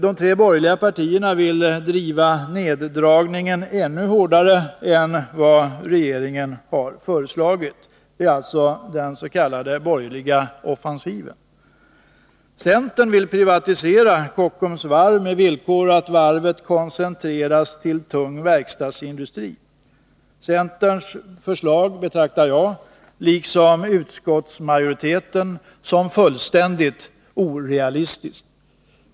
De tre borgerliga partierna vill driva neddragningen ännu hårdare än vad regeringen har föreslagit. Det är alltså den s.k. borgerliga offensiven. Centern vill privatisera Kockums Varv med villkor att varvet koncentreras till tung verkstadsindustri. Centerns förslag betraktar jag liksom utskottsmajoriteten som fullständigt orealistiskt.